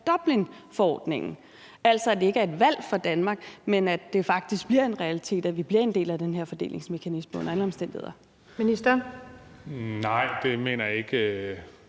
Dublinforordningen, altså at det ikke er et valg for Danmark, men at det faktisk bliver en realitet, at vi bliver en del af den her fordelingsmekanisme under alle omstændigheder? Kl. 10:10 Den fg.